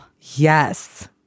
Yes